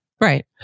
Right